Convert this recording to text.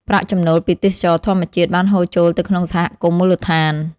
ប្រាក់ចំណូលពីទេសចរណ៍ធម្មជាតិបានហូរចូលទៅក្នុងសហគមន៍មូលដ្ឋាន។